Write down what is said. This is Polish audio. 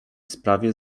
sprawie